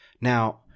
Now